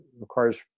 requires